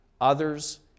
others